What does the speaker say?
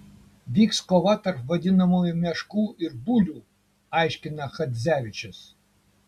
vyks kova tarp vadinamųjų meškų ir bulių aiškina chadzevičius